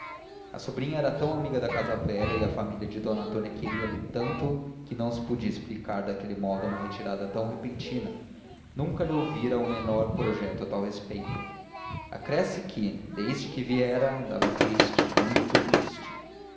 a sobrinha era tão amiga da casa velha e a família de d antônia queria-lhe tanto que não se podia explicar daquele modo uma retirada tão repentina nunca lhe ouvira o menor projeto a tal respeito acresce que desde que viera andava triste muito triste